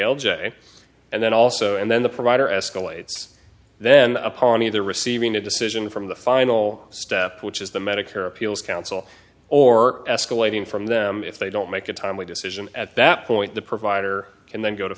l j and then also and then the provider escalates then upon either receiving a decision from the final step which is the medicare appeals counsel or escalating from them if they don't make a timely decision at that point the provider can then go to